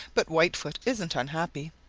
but whitefoot isn't unhappy.